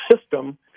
system